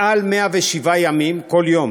מעל 107 ימים, כל יום.